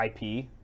IP